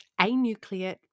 anucleate